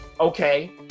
Okay